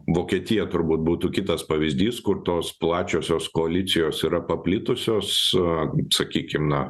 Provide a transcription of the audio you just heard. vokietija turbūt būtų kitas pavyzdys kur tos plačiosios koalicijos yra paplitusios sakykim na